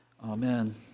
Amen